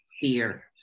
fear